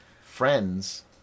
friends